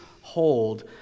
hold